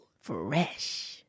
Fresh